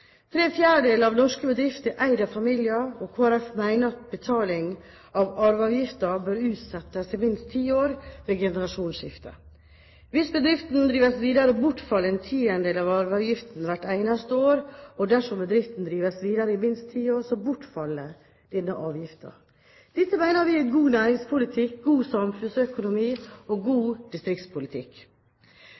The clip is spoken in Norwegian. Tre fjerdedeler av norske bedrifter er eid av familier, og Kristelig Folkeparti mener at betaling av arveavgift bør utsettes i minst ti år ved generasjonsskifte. Hvis bedriften drives videre, bortfaller en tiendedel av arveavgiften hvert eneste år, og dersom bedriften drives videre i minst ti år, bortfaller denne avgiften. Dette mener vi er god næringspolitikk, god samfunnsøkonomi og god distriktspolitikk.